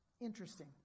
Interesting